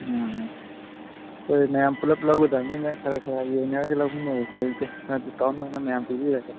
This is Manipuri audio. ꯎꯝ ꯑꯩꯈꯣꯏ ꯃꯌꯥꯝ ꯄꯨꯂꯞ ꯂꯧꯒꯗꯕꯅꯤꯅ ꯈꯔ ꯈꯔ ꯌꯦꯡꯅꯔꯒ ꯂꯧꯃꯤꯟꯅꯔꯁꯦ ꯑꯥ ꯗꯤꯁꯀꯥꯎꯟ ꯑꯣꯏꯅ ꯃꯌꯥꯝ ꯄꯤꯕꯤꯔꯒ